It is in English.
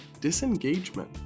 disengagement